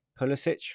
Pulisic